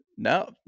No